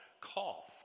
call